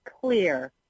clear